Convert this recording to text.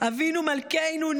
אבינו מלכנו,